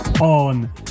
on